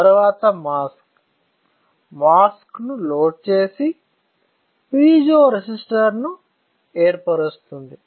తరువాత mask mask ను load చేసి పిజో రెసిస్టర్ను ఏర్పరుస్తుంది